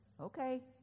okay